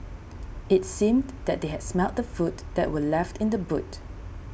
it seemed that they had smelt the food that were left in the boot